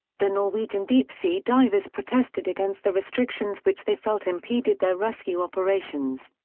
the norwegian deep-sea divers protested against the restrictions which they felt impeded their rescue operations.